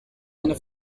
eine